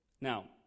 Now